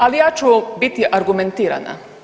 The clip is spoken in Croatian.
Ali ja ću biti argumentirana.